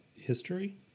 history